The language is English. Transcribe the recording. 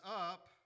up